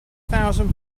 thousand